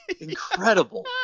Incredible